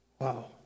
Wow